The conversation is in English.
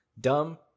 dumb